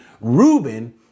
Reuben